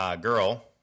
girl